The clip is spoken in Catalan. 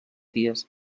dies